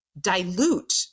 dilute